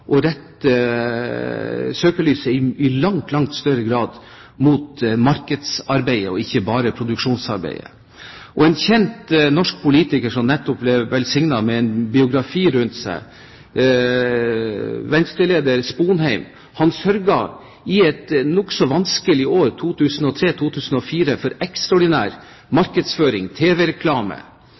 å rette søkelyset i langt større grad mot markedsarbeidet, ikke bare mot produksjonsarbeidet. En kjent norsk politiker som nettopp ble velsignet med en biografi, tidligere Venstre-leder Sponheim, sørget i et nokså vanskelig år, 2003/2004, for ekstraordinær markedsføring,